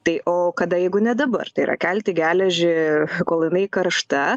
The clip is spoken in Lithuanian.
tai o kada jeigu ne dabar tai yra kalti geležį kol jinai karšta